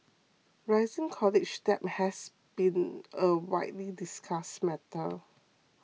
rising college debt has been a widely discussed matter